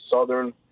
Southern